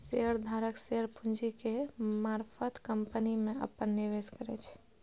share धारक share पूंजी के मारफत कंपनी में अप्पन निवेश करै छै